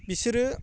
बिसोरो